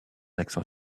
accent